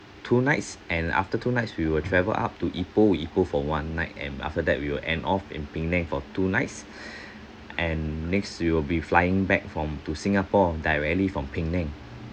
two nights and after two nights we will travel up to ipoh in ipoh for one night and after that we will end off in penang for two nights and next you'll be flying back from to singapore directly from penang